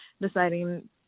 deciding